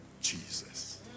Jesus